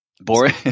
Boring